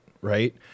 right